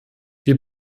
wir